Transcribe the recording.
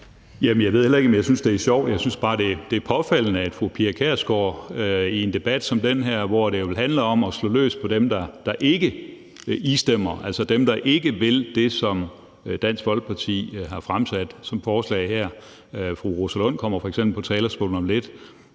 Jeg ved heller ikke, om jeg synes, det er sjovt. Jeg synes bare, det er påfaldende, at fru Pia Kjærsgaard i en debat som den her, hvor det vel handler om at slå løs på dem, der ikke istemmer med Dansk Folkeparti, altså dem, det ikke vil det, som Dansk Folkeparti har fremsat som forslag her – fru Rosa Lund kommer f.eks. på talerstolen om lidt,